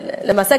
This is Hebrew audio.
למעשה,